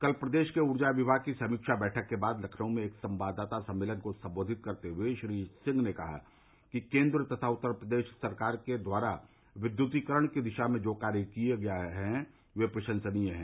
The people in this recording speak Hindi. कल प्रदेश के ऊर्जा विभाग की समीक्षा बैठक के बाद लखनऊ में एक संवाददाता सम्मेलन को संबोधित करते हुए श्री सिंह ने कहा कि केन्द्र तथा उत्तर प्रदेश सरकार के द्वारा विद्युतीकरण की दिशा में जो कार्य किया गया है वह प्रशंसनीय है